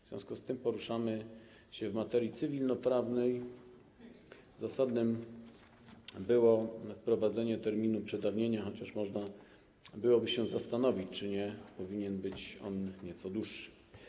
W związku z tym, że poruszamy się w materii cywilnoprawnej, zasadne było wprowadzenie terminu przedawnienia, chociaż można byłoby się zastanowić, czy nie powinien być on nieco dłuższy.